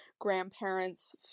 grandparents